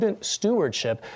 stewardship